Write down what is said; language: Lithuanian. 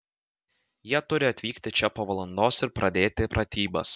jie turi atvykti čia po valandos ir pradėti pratybas